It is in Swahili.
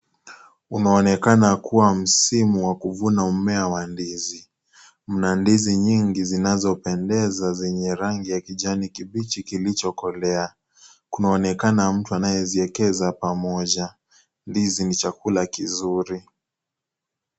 Kumeonekana kuwa msimu wa kuvuna mmea wa ndizi. Mna ndizi nyingi zinazopendeza zenye rangi ya kijani kibichi kilichokolea. Kunaonekana mtu anayeziekeza pamoja. Ndizi ni chakula kizuri.